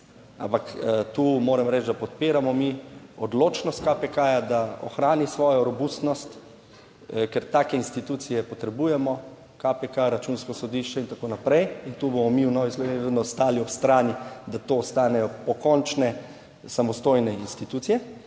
ampak tu moram reči, da podpiramo mi odločnost KPK-ja, da ohrani svojo robustnost, ker take institucije potrebujemo, KPK, Računsko sodišče in tako naprej in tu bomo mi v Novi Sloveniji vedno stali ob strani, da to ostanejo pokončne samostojne institucije,